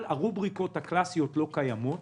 אבל הרובריקות הקלסיות לא קיימות